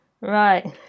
right